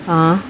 ah